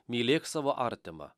mylėk savo artimą